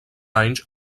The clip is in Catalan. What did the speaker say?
anys